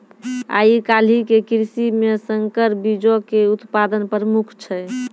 आइ काल्हि के कृषि मे संकर बीजो के उत्पादन प्रमुख छै